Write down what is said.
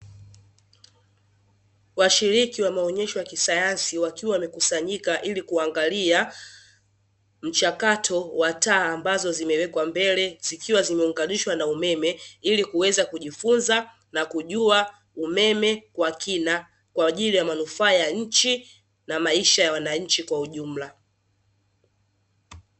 Washiriki wa maonyesho ya kisayansi wakiwa wamekusanyika ili kuangalia mchakato wa taa ambazo zimewekwa mbele zikiwa zimeunganishwa na umeme, ili kuweza kujifunza na kujua umeme kwa kina kwa ajili ya manufaa ya nchi na maisha ya wananchi kwa ujumla.